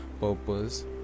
purpose